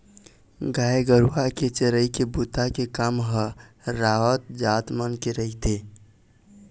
गाय गरुवा के चरई के बूता के काम ह राउत जात मन के रहिथे